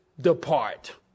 depart